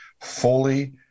fully